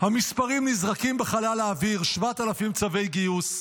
"המספרים נזרקים בחלל האוויר, 7,000 צווי גיוס,